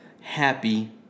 happy